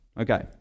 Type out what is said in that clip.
okay